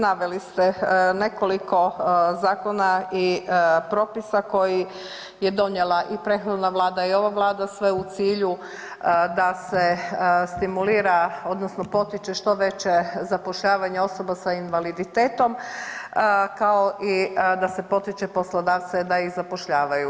Naveli ste nekoliko zakona i propisa koji je donijela i prethodna vlada i ova Vlada sve u cilju da se stimulira odnosno potiče što veće zapošljavanje osoba s invaliditetom, kao i da se potiče poslodavce da ih zapošljavaju.